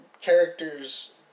characters